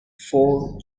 four